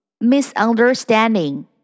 Misunderstanding